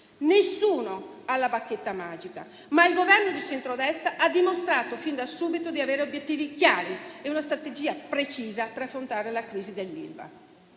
nessuno ha la bacchetta magica, ma il Governo di centrodestra ha dimostrato sin da subito di avere obiettivi chiari e una strategia precisa per affrontare la crisi dell'Ilva.